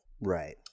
Right